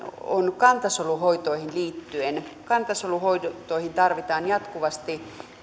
on kantasoluhoitoihin liittyvä kantasoluhoitoihin tarvitaan jatkuvasti